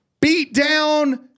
beatdown